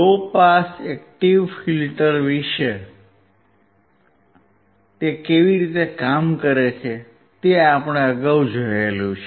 લો pass active filter કેવી રીતે કામ કરે છે તે આપણે અગાઉ જોયું છે